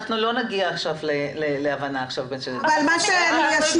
אנחנו לא נגיע עכשיו להבנה ------ אני אשלים